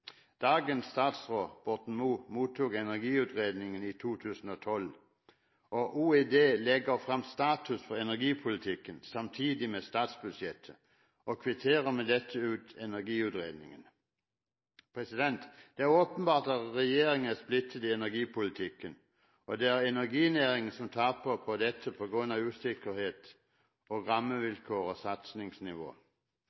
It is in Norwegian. Dagens statsråd, Borten Moe, mottok energiutredningen i 2012, og Olje- og energidepartementet legger fram status for energipolitikken, samtidig med statsbudsjettet, og kvitterer med dette ut energiutredningen. Det er åpenbart at regjeringen er splittet i energipolitikken, og det er energinæringen som taper på dette, på grunn av usikkerhet, rammevilkår og